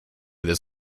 this